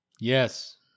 yes